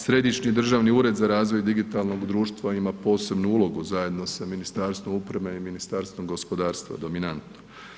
Središnji državni ured za razvoj digitalnog društva ima posebnu ulogu, zajedno sa Ministarstvom uprave i Ministarstvom gospodarstva dominantno.